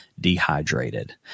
dehydrated